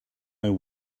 know